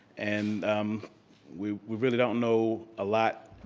and um we we really don't know a lot